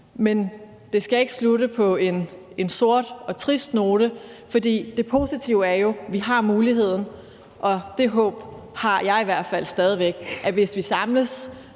Men det skal ikke slutte på en sort og trist note, for det positive er jo, at vi har muligheden, og det håb har jeg i hvert fald stadig væk, altså at vi, hvis vi samles